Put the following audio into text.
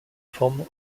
forme